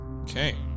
Okay